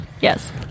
yes